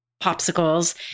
popsicles